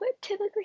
typically